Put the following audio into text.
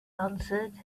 answered